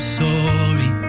sorry